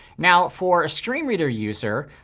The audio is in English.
now for a screen reader user,